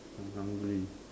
I'm hungry